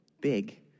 big